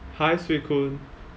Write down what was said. hi swee koon